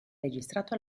registrato